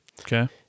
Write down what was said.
Okay